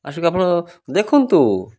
ଆସିକି ଆପଣ ଦେଖନ୍ତୁ